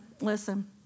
listen